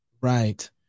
Right